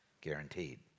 Guaranteed